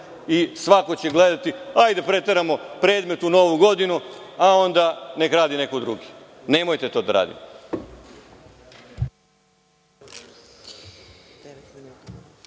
i svako će gledati, hajde da preteramo predmet u Novu godinu, a onda neka radi neko drugi. Nemojte to da radite.